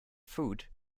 food